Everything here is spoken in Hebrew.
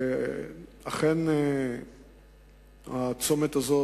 אכן הצומת הזה,